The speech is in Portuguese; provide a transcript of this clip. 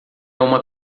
uma